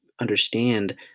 understand